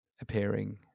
appearing